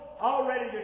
already